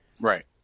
Right